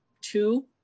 two